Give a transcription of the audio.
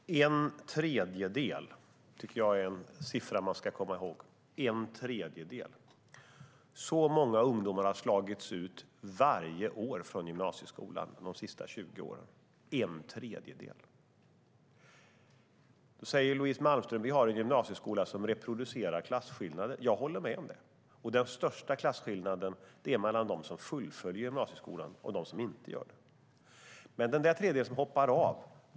Herr talman! En tredjedel är en siffra jag tycker att man ska komma ihåg. En tredjedel av ungdomarna har slagits ut från gymnasieskolan varje år de senaste 20 åren - en tredjedel. Louise Malmström säger att vi har en gymnasieskola som reproducerar klasskillnader. Jag håller med om det. Den största klasskillnaden är mellan dem som fullföljer gymnasieskolan och dem som inte gör det. Men ni talar aldrig om den tredjedel som hoppar av.